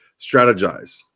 strategize